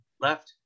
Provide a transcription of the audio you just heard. left